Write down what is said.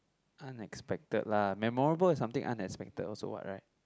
unexpected lah memorable is something unexpected also what right